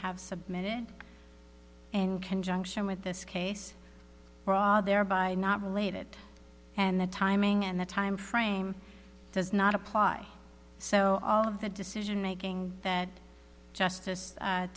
have submitted in conjunction with this case brought there by not related and the timing and the time frame does not apply so all of the decision making that justice